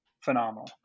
phenomenal